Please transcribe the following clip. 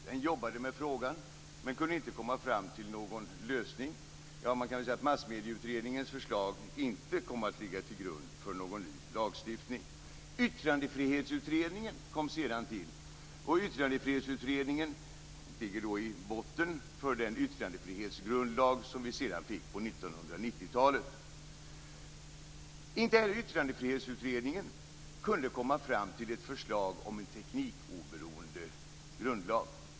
Den jobbade med frågan men kom inte fram till någon lösning. Eller man kan snarare säga att Massmedieutredningens förslag inte kom att ligga till grund för någon ny lagstiftning. Sedan kom Yttrandefrihetsutredningen till. Dess arbete ligger till grund för den yttrandefrihetsgrundlag som vi sedan fick på Inte heller Yttrandefrihetsutredningen kunde komma fram till ett förslag om en teknikoberoende grundlag.